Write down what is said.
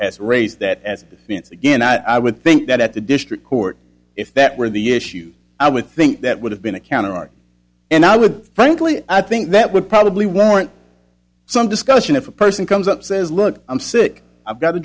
has raised that as me it's again i would think that at the district court if that were the issue i would think that would have been a counteroffer and i would frankly i think that would probably warrant some discussion if a person comes up says look i'm sick i've got a